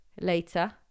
later